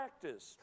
practice